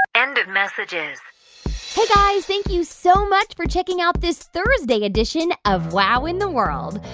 end of messages hey, guys. thank you so much for checking out this thursday edition of wow in the world.